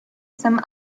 some